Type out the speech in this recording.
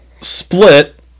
split